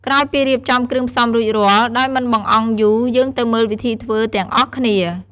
ក្រោយពីរៀបចំគ្រឿងផ្សំរួចរាល់ ដោយមិនបង្អង់យូរ យើងទៅមើលវិធីធ្វើទាំងអស់គ្នា។